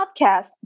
podcast